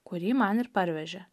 kurį man ir parvežė